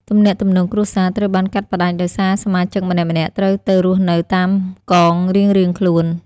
ទំនាក់ទំនងគ្រួសារត្រូវបានកាត់ផ្តាច់ ដោយសារសមាជិកម្នាក់ៗត្រូវទៅរស់នៅតាមកងរៀងៗខ្លួន។